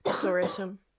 tourism